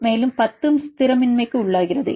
மேலும் 10 ம் ஸ்திரமின்மைக்குள்ளாகிறது